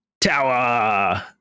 Tower